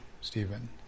Stephen